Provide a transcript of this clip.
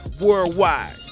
worldwide